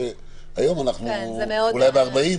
שהיום אנחנו אולי ב-40,